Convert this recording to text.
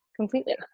completely